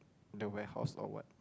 the warehouse or what